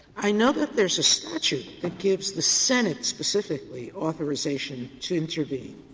i know that there is a statute that gives the senate specifically authorization to intervene